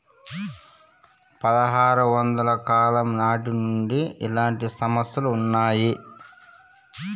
పదహారు వందల కాలం నాటి నుండి ఇలాంటి సంస్థలు ఉన్నాయి